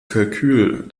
kalkül